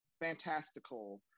Fantastical